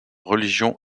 religion